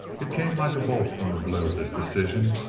it came like a bolt from the blue, this decision.